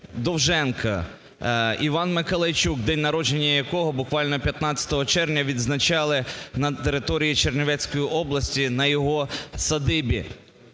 Довженко, Іван Миколайчук, день народження якого буквально 15 червня відзначали на території Чернівецької області на його садибі.